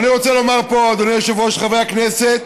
אני רוצה לומר פה, אדוני היושב-ראש, וחברי הכנסת,